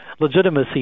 legitimacy